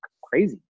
crazy